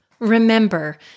Remember